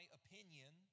opinion